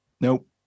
Nope